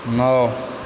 नओ